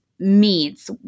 meats